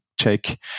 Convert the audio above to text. check